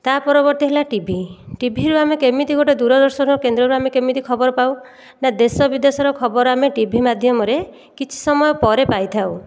ତା' ପରବର୍ତ୍ତୀ ହେଲା ଟିଭି ଟିଭିରୁ ଆମେ କେମିତି ଗୋଟିଏ ଦୂରଦର୍ଶନ କେନ୍ଦ୍ରରୁ ଆମେ କେମିତି ଖବର ପାଉ ନା ଦେଶ ବିଦେଶର ଖବର ଆମେ ଟିଭି ମାଧ୍ୟମରେ କିଛି ସମୟ ପରେ ପାଇଥାଉ